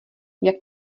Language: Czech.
jak